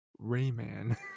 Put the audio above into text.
Rayman